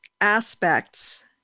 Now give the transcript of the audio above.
aspects